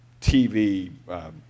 TV